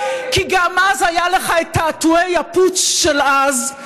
כי גם אז היה לך את תעתועי ה"פוטש" של אז,